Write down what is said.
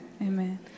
Amen